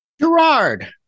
Gerard